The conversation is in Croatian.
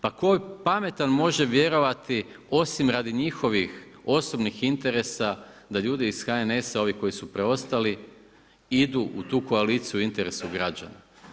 Pa tko pametan može vjerovati osim radi njihovih osobnih interesa da ljudi iz HNS-a ovi koji su preostali idu u tu koaliciju u interesu građana.